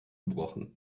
gebrochen